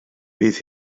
bydd